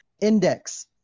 Index